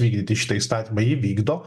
vykdyti šitą įstatymą jį vykdo